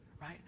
right